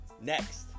next